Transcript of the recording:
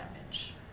damage